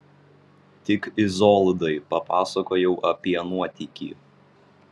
tik izoldai papasakojau apie nuotykį